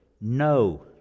no